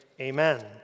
Amen